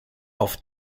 auf